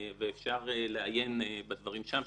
ואפשר לעיין בדברים שם,